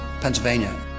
Pennsylvania